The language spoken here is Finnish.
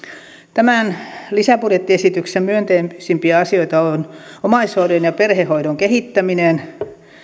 tämän lisäbudjettiesityksen myönteisimpiä asioita on omaishoidon ja perhehoidon kehittäminen